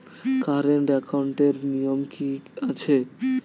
Current একাউন্টের নিয়ম কী আছে?